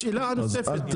שאלה נוספת,